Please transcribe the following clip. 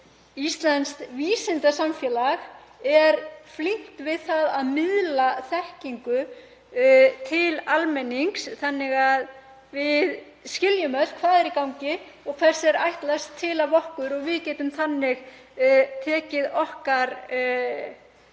íslenskt vísindasamfélag er flinkt við að miðla þekkingu til almennings þannig að við skiljum öll hvað er í gangi og hvers er ætlast til af okkur og getum þannig tekið þátt